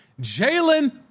Jalen